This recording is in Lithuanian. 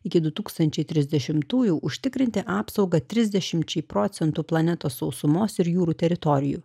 iki du tūkstančiai trisdešimtųjų užtikrinti apsaugą trisdešimčiai procentų planetos sausumos ir jūrų teritorijų